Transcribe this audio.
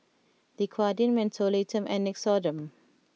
Dequadin Mentholatum and Nixoderm